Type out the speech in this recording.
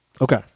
Okay